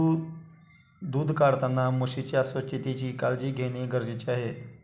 दूध काढताना म्हशीच्या स्वच्छतेची काळजी घेणे गरजेचे आहे